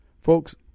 Folks